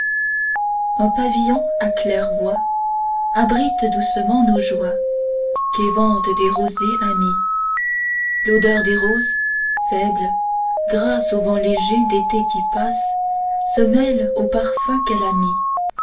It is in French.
un pavillon à claires-voies abrite doucement nos joies qu'éventent des rosiers amis l'odeur des roses faible grâce au vent léger d'été qui passe se mêle aux parfums qu'elle a mis